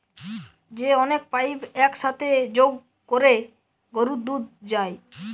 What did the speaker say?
যে অনেক পাইপ এক সাথে যোগ কোরে গরুর দুধ যায়